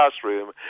classroom